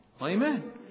Amen